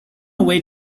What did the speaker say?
away